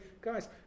guys